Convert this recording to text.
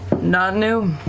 not new.